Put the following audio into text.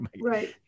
Right